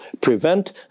prevent